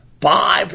five